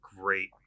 great